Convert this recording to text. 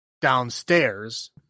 downstairs